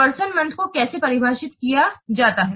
person month को कैसे परिभाषित किया जाता है